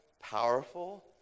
powerful